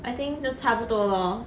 I think 都差不多 lor